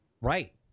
Right